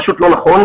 פשוט לא נכון.